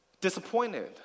disappointed